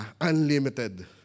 unlimited